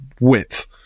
width